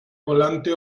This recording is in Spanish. volante